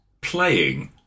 playing